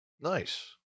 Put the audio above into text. Nice